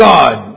God